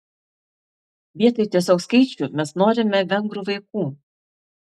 vietoj tiesiog skaičių mes norime vengrų vaikų